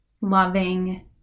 loving